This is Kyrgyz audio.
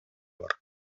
бар